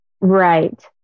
right